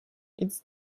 its